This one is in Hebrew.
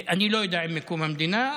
אני לא יודע אם מקום המדינה,